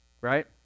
right